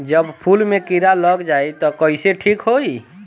जब फूल मे किरा लग जाई त कइसे ठिक होई?